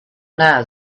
now